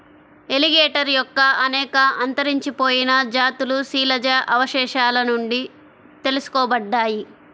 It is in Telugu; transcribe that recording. ఎలిగేటర్ యొక్క అనేక అంతరించిపోయిన జాతులు శిలాజ అవశేషాల నుండి తెలుసుకోబడ్డాయి